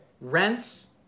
rents